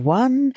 one